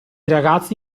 ragazzi